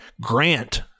Grant